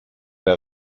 der